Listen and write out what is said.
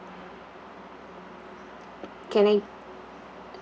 can I